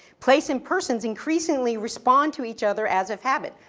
place and persons increasingly respond to each other as of habit.